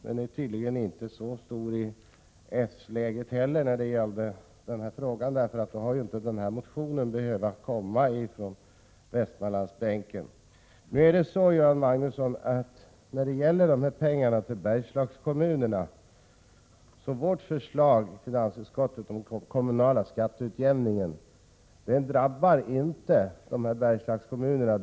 Den är tydligen inte så stor i s-lägret heller i den här frågan, för annars hade det inte behövt komma någon motion från Västmanlandsbänken. Nu är det så med pengarna till Bergslagskommunerna, Göran Magnusson, att vårt förslag om den kommunala skatteutjämningen drabbar inte Bergslagskommunerna.